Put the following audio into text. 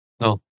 No